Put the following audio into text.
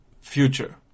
Future